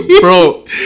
Bro